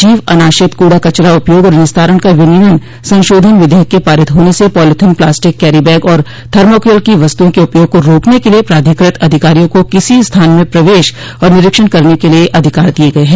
जीव अनाशित कूड़ा कचरा उपयोग और निस्तारण का विनियमन संशोधन विधेयक के पारित होने से पॉलीथिन प्लास्टिक कैरी बैग और थर्मोकोल की वस्तुओं के उपयोग को रोकने के लिए प्राधिकृत अधिकारियों को किसी स्थान में प्रवेश और निरीक्षण करने के लिए अधिकार दिये गये हैं